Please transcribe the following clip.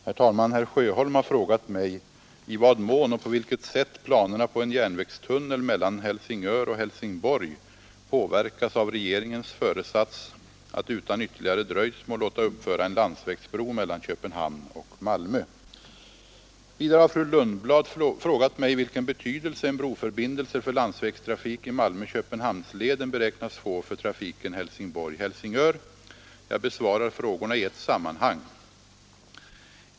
Herr talman! Herr Sjöholm har frågat mig i vad mån och på vilket sätt planerna på en järnvägstunnel mellan Helsingör och Helsingborg påverkas av regeringens föresats att utan ytterligare dröjsmål låta uppföra en landsvägsbro mellan Köpenhamn och Malmö. Vidare har fru Lundblad frågat mig vilken betydelse en broförbindelse för landsvägstrafik i Malmö—Köpenhamnsleden beräknas få för trafiken Helsingborg—Helsingör. Jag besvarar frågorna i ett sammanhang.